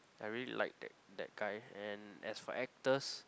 I really like that that guy and as for actors